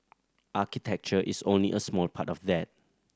architecture is only a small part of that